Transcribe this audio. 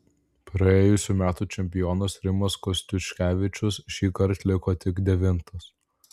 praėjusių metų čempionas rimas kostiuškevičius šįkart liko tik devintas